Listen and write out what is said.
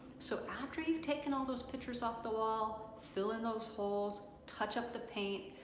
so after you've taken all those pictures off the wall fill in those holes, touch up the paint,